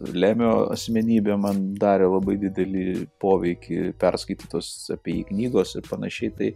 lemio asmenybė man darė labai didelį poveikį perskaitytos apei jį knygos ir panašiai tai